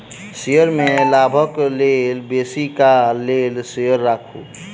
share में लाभक लेल बेसी काल लेल शेयर राखू